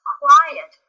quiet